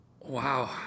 Wow